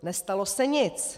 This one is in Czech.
Nestalo se nic.